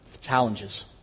challenges